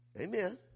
Amen